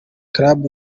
clubs